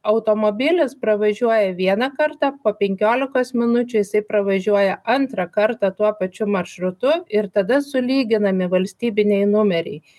automobilis pravažiuoja vieną kartą po penkiolikos minučių jisai pravažiuoja antrą kartą tuo pačiu maršrutu ir tada sulyginami valstybiniai numeriai